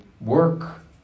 work